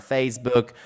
Facebook